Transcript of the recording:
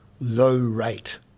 low-rate